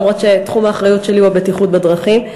אף שתחום האחריות שלי הוא הבטיחות בדרכים.